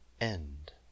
End